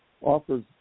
offers